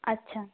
আচ্ছা